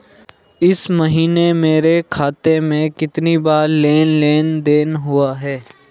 इस महीने मेरे खाते में कितनी बार लेन लेन देन हुआ है?